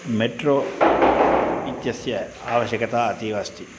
metro इत्यस्य आवश्यकता अतीव अस्ति